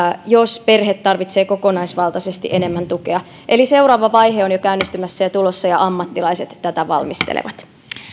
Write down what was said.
jos perhe tarvitsee kokonaisvaltaisesti enemmän tukea eli seuraava vaihe on jo käynnistymässä ja tulossa ja ammattilaiset tätä valmistelevat